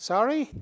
Sorry